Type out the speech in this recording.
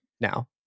now